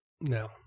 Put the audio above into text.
No